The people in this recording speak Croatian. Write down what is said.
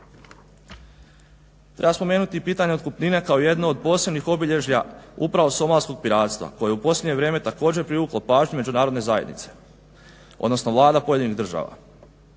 Treba spomenuti i pitanja otkupnine kao jedno od posebnih obilježja upravo somalskog piratstva koje je u posljednje vrijeme također privuklo pažnju međunarodne zajednice, odnosno vlada pojedinih država.